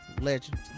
Legend